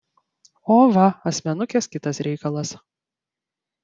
o va asmenukės kitas reikalas